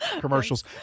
commercials